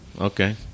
Okay